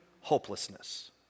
hopelessness